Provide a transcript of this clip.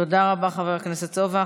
תודה רבה, חבר הכנסת סובה.